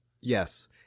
Yes